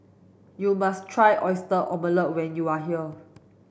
you must try oyster omelette when you are here